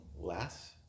less